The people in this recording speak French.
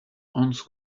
hans